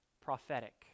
prophetic